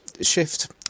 shift